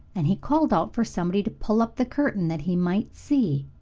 and he called out for somebody to pull up the curtain that he might see.